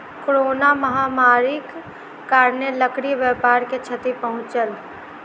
corona महामारीक कारणेँ लकड़ी व्यापार के क्षति पहुँचल